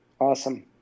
Awesome